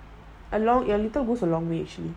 சொல்வாங்க:solvanga